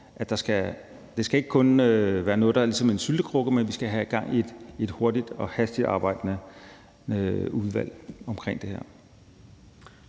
at det ikke kun skal være noget, der er ligesom en syltekrukke, men at vi skal have gang i et hurtigt- og hastigtarbejdende udvalg omkring det her.